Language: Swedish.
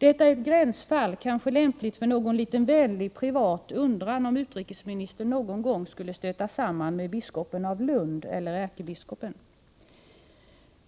Detta är ett gränsfall, kanske lämpligt för någon liten privat undran om utrikesministern någon gång skulle stöta samman med biskopen i Lund eller ärkebiskopen.